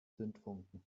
zündfunken